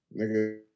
nigga